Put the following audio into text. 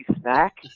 snack